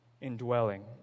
indwelling